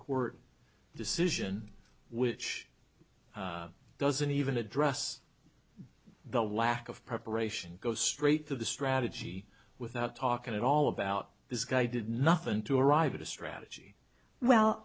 court decision which doesn't even address the lack of preparation go straight to the strategy without talking at all about this guy did nothing to arrive at a strategy well